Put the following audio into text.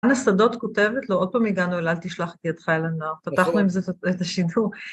אנה שדות כותבת לו, עוד פעם הגענו לאל תשלח את ידך אל הנוער, פתחנו עם זה את השינוי.